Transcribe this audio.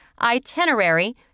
itinerary